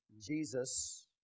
Jesus